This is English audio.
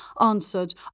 answered